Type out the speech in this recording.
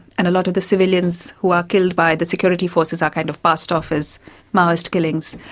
and a lot of the civilians who are killed by the security forces are kind of passed off as maoist killings,